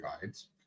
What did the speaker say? guides